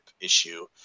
issue